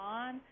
on